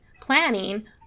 planning